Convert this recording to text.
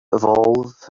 evolve